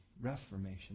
reformation